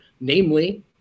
Namely